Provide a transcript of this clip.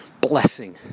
blessing